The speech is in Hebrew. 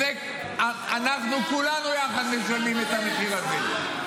ואנחנו כולנו משלמים את המחיר על זה.